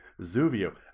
Zuvio